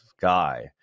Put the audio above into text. guy